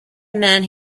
man